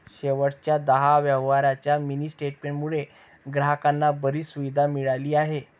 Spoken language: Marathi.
शेवटच्या दहा व्यवहारांच्या मिनी स्टेटमेंट मुळे ग्राहकांना बरीच सुविधा मिळाली आहे